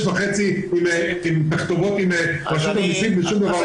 וחצי בתכתובות עם רשות המיסים ושום דבר לא קרה.